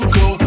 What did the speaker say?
go